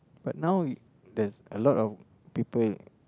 but now there's a lot of people